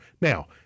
Now